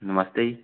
ਨਮਸਤੇ